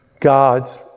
God's